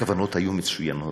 הכוונות היו מצוינות,